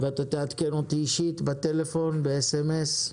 ואתה תעדכן אותי אישית בטלפון, ב-SMS,